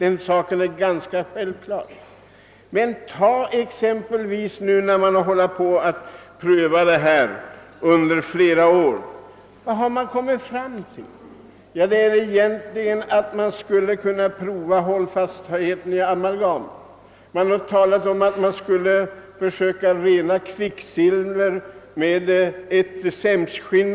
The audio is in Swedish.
Men man har nu under flera år hållit på att prova dessa produkter. Det enda man kommit fram till är att man försökt prova hållfastheten i amalgam och att man vill rena kvicksilver med sämskskinn.